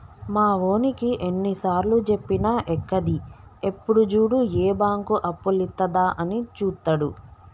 మావోనికి ఎన్నిసార్లుజెప్పినా ఎక్కది, ఎప్పుడు జూడు ఏ బాంకు అప్పులిత్తదా అని జూత్తడు